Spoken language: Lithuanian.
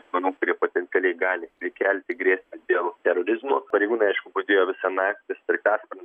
asmenų kurie potencialiai gali prikelti grėsmę dėl terorizmo pareigūnai aišku budėjo visą naktį sraigtasparnis